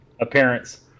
appearance